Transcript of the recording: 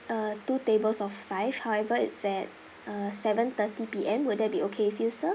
uh two tables of five however it's at uh seven thirty P_M will that be okay with you sir